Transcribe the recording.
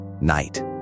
Night